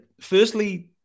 Firstly